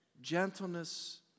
Gentleness